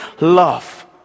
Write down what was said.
love